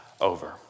over